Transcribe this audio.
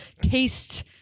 taste